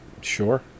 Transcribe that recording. Sure